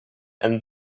and